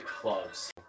clubs